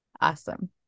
Awesome